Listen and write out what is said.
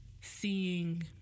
seeing